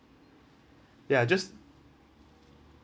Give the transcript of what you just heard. ya just